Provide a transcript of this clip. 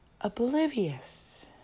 oblivious